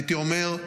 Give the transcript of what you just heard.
הייתי אומר,